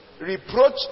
reproach